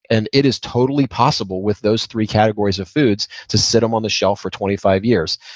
and it is totally possible with those three categories of foods, to sit them on the shelf for twenty five years.